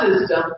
system